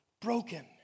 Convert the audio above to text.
broken